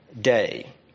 day